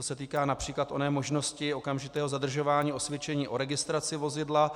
To se týká např. oné možnosti okamžitého zadržování osvědčení o registraci vozidla.